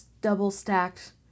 double-stacked